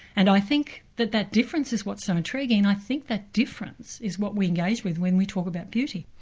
and i think that that difference is what's so um intriguing i think that difference is what we engage with when we talk about beauty.